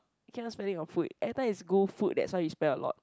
cannot spend it on food every time is go food that's why we spend lot